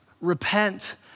Repent